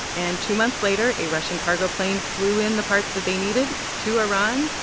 and two months later, a russian cargo plane flew in the parts that they needed to iran.